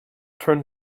turn